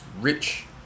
rich